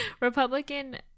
Republican